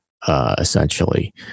Essentially